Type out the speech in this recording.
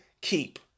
keep